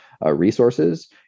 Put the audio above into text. resources